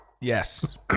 Yes